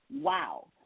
Wow